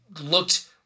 looked